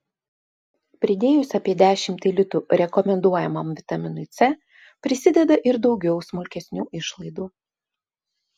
pridėjus apie dešimtį litų rekomenduojamam vitaminui c prisideda ir daugiau smulkesnių išlaidų